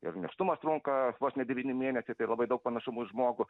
ir nėštumas trunka vos ne devyni mėnesiai tai labai daug panašumų į žmogų